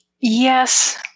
Yes